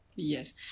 Yes